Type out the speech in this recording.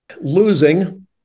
Losing